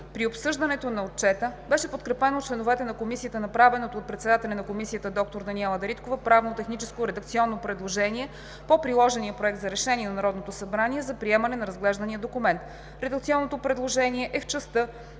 При обсъждането на отчета беше подкрепено от членовете на Комисията направеното от председателя на Комисията доктор Даниела Дариткова правно-техническо редакционно предложение по приложения проект за решение на Народното събрание за приемане на разглеждания документ. Редакционното предложение е в частта